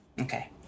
Okay